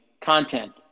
content